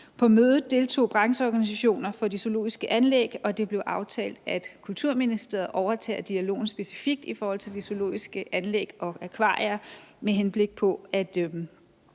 På mødet deltog brancheorganisationer for de zoologiske anlæg, og det blev aftalt, at Kulturministeriet overtager dialogen specifikt i forhold til de zoologiske anlæg og akvarier med henblik på at